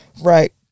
right